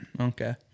Okay